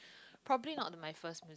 probably not my first